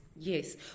Yes